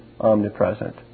omnipresent